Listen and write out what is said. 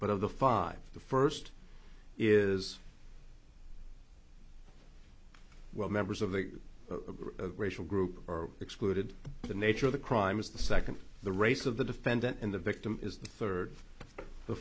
but of the five the first is where members of the racial group are excluded the nature of the crime is the second the race of the defendant in the victim is the third the